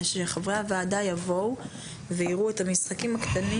שחברי הוועדה יבואו ויראו את המשחקים הקטנים